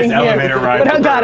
and elevator ride,